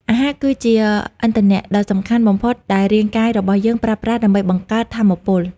អាហារគឺជា ឥន្ធនៈ ដ៏សំខាន់បំផុតដែលរាងកាយរបស់យើងប្រើប្រាស់ដើម្បីបង្កើត ថាមពល។